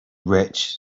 rich